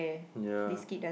ya